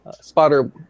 spotter